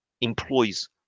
employs